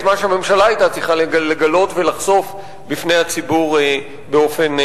מה שהממשלה היתה צריכה לגלות ולחשוף בפני הציבור באופן,